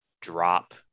drop